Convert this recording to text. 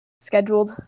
scheduled